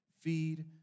feed